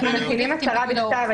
אנחנו מכינים הצהרה בכתב.